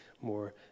more